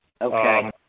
Okay